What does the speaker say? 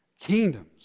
kingdoms